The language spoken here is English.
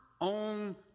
own